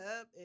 up